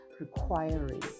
requiring